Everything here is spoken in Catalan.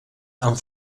amb